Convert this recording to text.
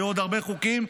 היו עוד הרבה חוקים,